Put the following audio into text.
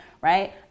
right